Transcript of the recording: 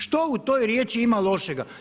Što u toj riječi ima lošega?